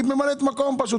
היא ממלאת מקום פשוט,